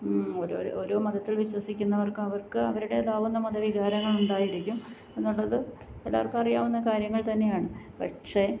ഓരോരോ ഓരോ മതത്തിൽ വിശ്വസിക്കുന്നവർക്ക് അവർക്ക് അവരുടേതാകുന്ന മതവികാരങ്ങൾ ഉണ്ടായിരിക്കും എന്നുള്ളത് എല്ലാവർക്കും അറിയാവുന്ന കാര്യങ്ങൾ തന്നെയാണ് പക്ഷേ